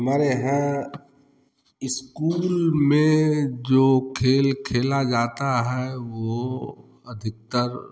हमारे यहाँ स्कूल में जो खेल खेला जाता है वह अधिकतर